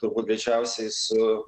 turbūt greičiausiai su